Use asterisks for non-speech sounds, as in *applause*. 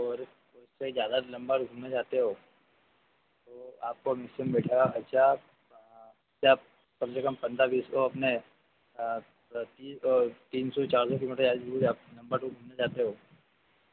और उससे ज़्यादा लंबा रुकना चाहते हो तो आपको *unintelligible* बैठेगा खर्चा *unintelligible* कम से कम पन्द्रह बीस ओ अपने *unintelligible* ओ तीन सौ चार सौ किलोमीटर *unintelligible* आप लंबा टूर घूमना चाहते हो